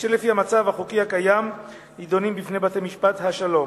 אשר לפי המצב החוקי הקיים נדונים בפני בתי-משפט השלום.